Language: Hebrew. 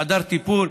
חדר טיפול,